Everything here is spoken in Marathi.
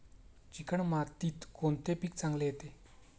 चिकण मातीत कोणते पीक चांगले येते?